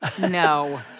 No